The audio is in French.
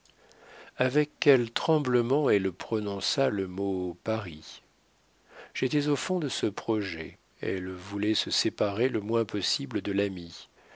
avec quel tremblement elle prononça le mot paris j'étais au fond de ce projet elle voulait se séparer le moins possible de l'ami